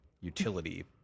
utility